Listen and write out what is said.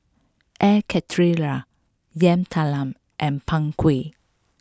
Air Karthira Yam Talam and Png Kueh